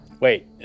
Wait